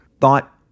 thought